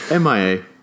MIA